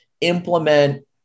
implement